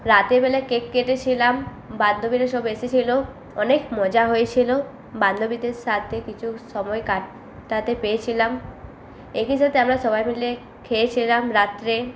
রাতেবেলায় cake কেটেছিলাম বান্ধবীরা সব এসেছিলো অনেক মজা হয়েছিলো বান্ধবীদের সাথে কিছু সময় কাটাতে পেরেছিলাম একইসাথে আমরা সবাই মিলে খেয়েছিলাম রাত্রে